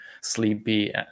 sleepy